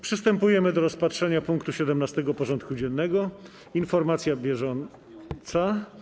Przystępujemy do rozpatrzenia punktu 17. porządku dziennego: Informacja bieżąca.